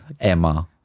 Emma